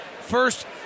first